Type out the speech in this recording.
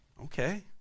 okay